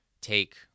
take